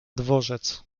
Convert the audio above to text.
dworzec